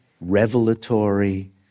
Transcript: revelatory